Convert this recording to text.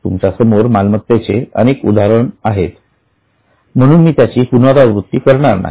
तुमच्या समोर मालमत्तेचे अनेक उदाहरणे आहेत म्हणून मी त्याची पुनरावृत्ती करणार नाही